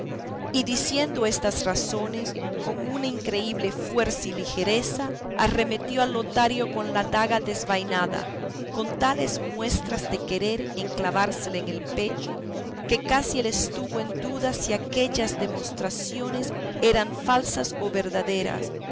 y diciendo estas razones con una increíble fuerza y ligereza arremetió a lotario con la daga desenvainada con tales muestras de querer enclavársela en el pecho que casi él estuvo en duda si aquellas demostraciones eran falsas o verdaderas